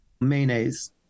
Mayonnaise